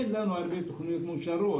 אין לנו הרבה תוכניות מאושרות,